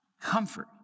comfort